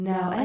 Now